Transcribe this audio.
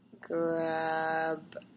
grab